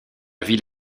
ville